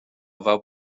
fel